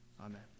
Amen